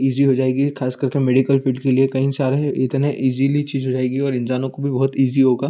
easy हो जाएगी ख़ास कर के मेडिकल फ़ील्ड के लिए कहीं सारे इतने ईज़िली चीज़ हो जाएगी और इंसानों को भी बहुत ईज़ी होगा